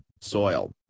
soil